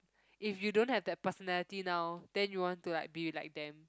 if you don't have that personality now then you want to like be like them